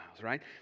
right